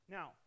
Now